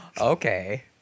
Okay